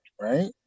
right